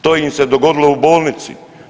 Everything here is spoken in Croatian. To im se dogodilo u bolnici.